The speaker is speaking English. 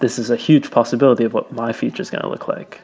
this is a huge possibility of what my future's going to look like